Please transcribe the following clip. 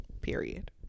period